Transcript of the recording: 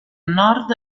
nord